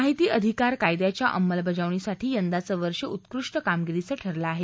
माहिती अधिकार कायद्याच्या अंमलबजावणीसाठी यंदाचं वर्ष उत्कृष्ट कामगिरीचं ठरलं आहे